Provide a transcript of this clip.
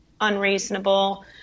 unreasonable